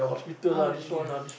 ah really ah